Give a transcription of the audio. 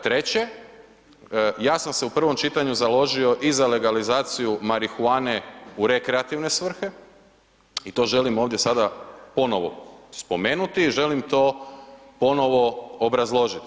Treće, ja sam se u prvom čitanju založio i za legalizaciju marihuane u rekreativne svrhe i to želim ovdje sada ponovo spomenuti i želim to ponovo obrazložiti.